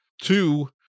two